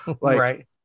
Right